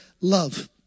love